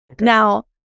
Now